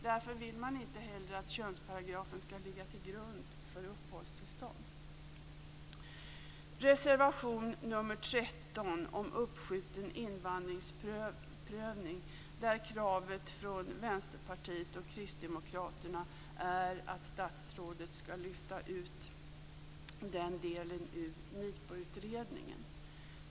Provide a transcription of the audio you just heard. Därför vill man inte heller att könsparagrafen skall ligga till grund för uppehållstillstånd. Kristdemokraterna är att statsrådet skall lyfta ut den delen ur NIPU-utredningen.